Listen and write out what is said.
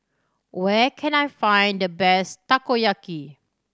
where can I find the best Takoyaki